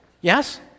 Yes